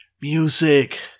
music